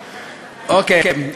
שרים,